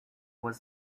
was